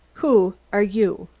who are you?